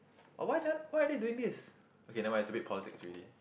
ah why they are why are they doing this okay never mind it's a bit politics already